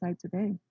today